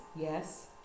yes